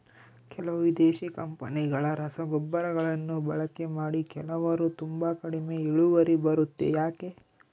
ಕೆಲವು ವಿದೇಶಿ ಕಂಪನಿಗಳ ರಸಗೊಬ್ಬರಗಳನ್ನು ಬಳಕೆ ಮಾಡಿ ಕೆಲವರು ತುಂಬಾ ಕಡಿಮೆ ಇಳುವರಿ ಬರುತ್ತೆ ಯಾಕೆ?